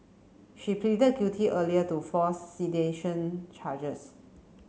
she pleaded guilty earlier to four sedation charges